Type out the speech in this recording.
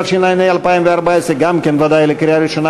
התשע"ה 2014,